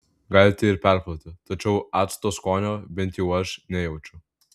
galite ir perplauti tačiau acto skonio bent jau aš nejaučiu